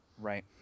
Right